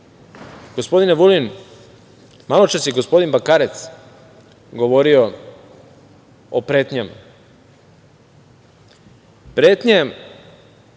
gospodine Vulin, maločas je gospodin Bekarec, govorio o pretnjama. Pretnje